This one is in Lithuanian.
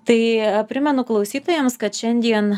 tai primenu klausytojams kad šiandien